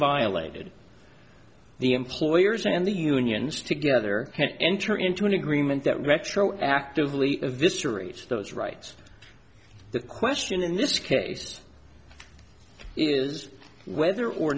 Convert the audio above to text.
violated the employers and the unions together enter into an agreement that retroactively eviscerates those rights the question in this case is whether or